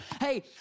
Hey